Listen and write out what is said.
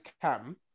cam